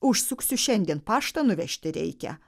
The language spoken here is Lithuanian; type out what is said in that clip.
užsuksiu šiandien paštą nuvežti reikia